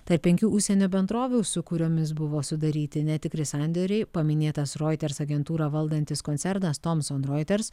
tarp penkių užsienio bendrovių su kuriomis buvo sudaryti netikri sandėriai paminėtas reuters agentūrą valdantis koncernas tomson reuters